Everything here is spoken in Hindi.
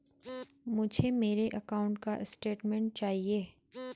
मुझे मेरे अकाउंट का स्टेटमेंट चाहिए?